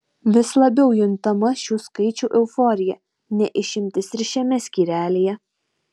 vis labiau juntama šių skaičių euforija ne išimtis ir šiame skyrelyje